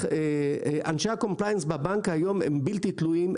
אנשי ה-Compliance בבנק היום הם בלתי תלויים,